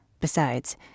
Besides